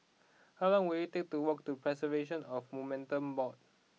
how long will it take to walk to Preservation of Monuments Board